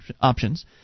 options